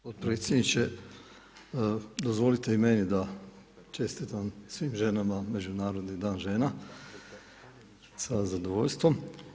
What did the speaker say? Potpredsjedniče, dozvolite i meni da čestitam svim ženama Međunarodni dan žena sa zadovoljstvom.